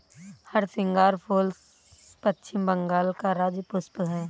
हरसिंगार फूल पश्चिम बंगाल का राज्य पुष्प है